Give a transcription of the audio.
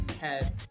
head